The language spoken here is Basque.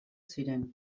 ziren